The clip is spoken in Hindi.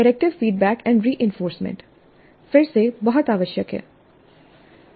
करेक्टिव फीडबैक एंड रिइंफोर्समेंट फिर से बहुत आवश्यक हैं